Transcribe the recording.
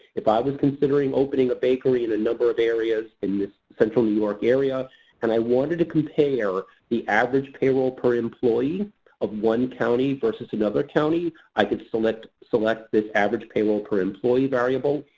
if i was considering opening a bakery in a number of areas in this central new york area and wanted to compare the average payroll per employee of one county versus another county, i can select select this average payroll per employee variable,